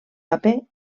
paper